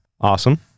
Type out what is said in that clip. Awesome